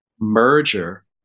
merger